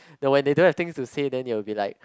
no when they don't have things to say then they will be like